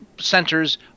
centers